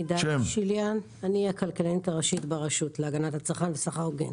אני הכלכלנית הראשית ברשות להגנת הצרכן וסחר הוגן.